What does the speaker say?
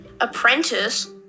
apprentice